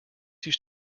used